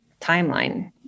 timeline